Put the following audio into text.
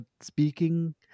speaking